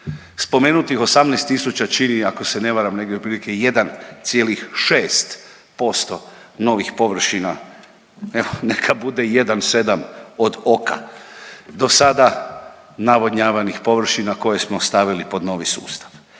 spomenutih 18.000 čini ako se ne varam negdje otprilike 1,6% novih površina, neka bude 1,7 od oka do sada navodnjavanih površina koje smo stavili pod novi sustav.